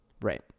Right